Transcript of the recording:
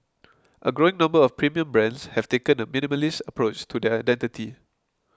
a growing number of premium brands have taken a minimalist approach to their identity